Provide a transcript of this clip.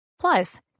Plus